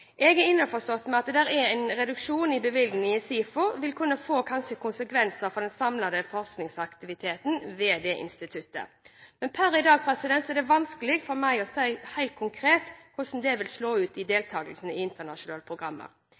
Jeg er innforstått med at en reduksjon i bevilgningene til SIFO kanskje vil få konsekvenser for den samlede forskningsaktiviteten ved instituttet. Men per i dag er det vanskelig for meg helt konkret å si hvordan det vil slå ut i deltakelsen i internasjonale programmer.